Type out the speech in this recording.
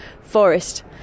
forest